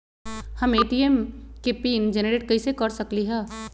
हम ए.टी.एम के pin generate कईसे कर सकली ह?